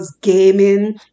gaming